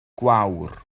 gwawr